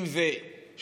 אם זה שעתיים,